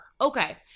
Okay